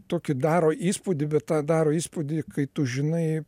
tokį daro įspūdį bet daro įspūdį kai tu žinai